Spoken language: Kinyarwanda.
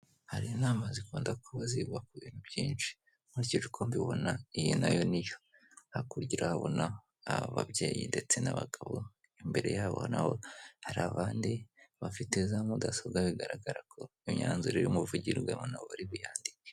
Hari inama zikunda kuba ziga kuri byinshi nkurikije uko mbibona iyi nayo niyo, hakurya urahabona ababyeyi ndetse n'abagabo, imbere yabo naho hari abandi bafite za mudasobwa bigaragara ko imyanzuro iri buvugirwemo bari buyandike.